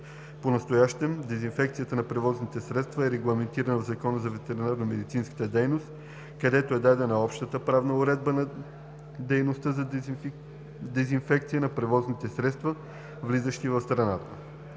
Понастоящем дезинфекцията на превозни средства е регламентирана в Закона за ветеринарномедицинската дейност, където е дадена общата правна уредба на дейността за дезинфекция на превозните средства, влизащи в страната.